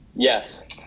Yes